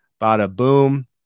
bada-boom